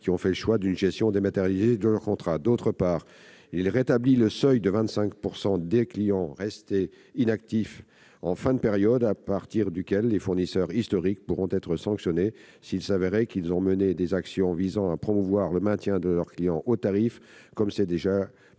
eux ayant fait le choix d'une gestion dématérialisée de leur contrat. D'autre part, il tend à rétablir le seuil de 25 % de clients restés inactifs en fin de période à partir duquel les fournisseurs historiques pourront être sanctionnés s'il était avéré qu'ils ont mené des actions visant à promouvoir le maintien de leurs clients aux tarifs, comme c'est déjà prévu